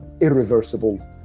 irreversible